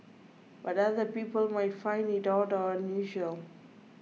but other people might find it odd or unusual